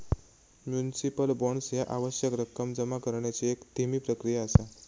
municipal bonds ह्या आवश्यक रक्कम जमा करण्याची एक धीमी प्रक्रिया असा